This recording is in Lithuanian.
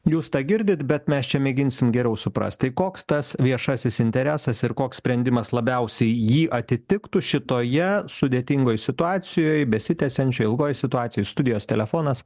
jūs tą girdit bet mes čia mėginsim geriau suprast tai koks tas viešasis interesas ir koks sprendimas labiausiai jį atitiktų šitoje sudėtingoj situacijoj besitęsiančią ilgoj situacijoj studijos telefonas